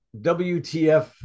wtf